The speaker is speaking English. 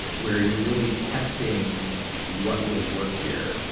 where you're really testing what will work here.